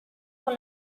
con